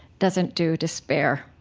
doesn't do despair.